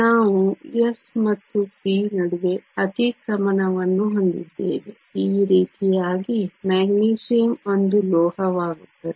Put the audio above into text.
ನಾವು s ಮತ್ತು p ನಡುವೆ ಅತಿಕ್ರಮಣವನ್ನು ಹೊಂದಿದ್ದೇವೆ ಈ ರೀತಿಯಾಗಿ ಮೆಗ್ನೀಸಿಯಮ್ ಒಂದು ಲೋಹವಾಗುತ್ತದೆ